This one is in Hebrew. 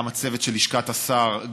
גם הצוות של לשכת השר,